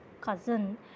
cousin